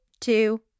two